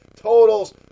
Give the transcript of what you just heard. totals